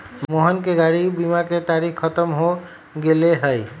मोहन के गाड़ी के बीमा के तारिक ख़त्म हो गैले है